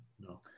no